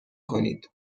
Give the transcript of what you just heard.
کنید